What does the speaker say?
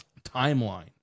timeline